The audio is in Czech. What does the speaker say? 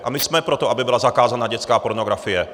A my jsme pro to, aby byla zakázána dětská pornografie.